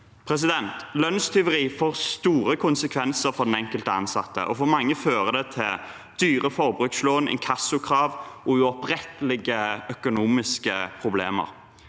arbeidstakere. Lønnstyveri får store konsekvenser for den enkelte ansatte, og for mange fører det til dyre forbrukslån, inkassokrav og uopprettelige økonomiske problemer.